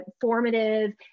formative